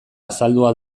azaldua